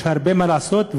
יש הרבה מה לעשות,